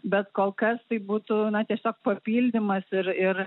bet kol kas tai būtų na tiesiog papildymas ir ir